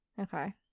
Okay